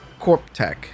Corptech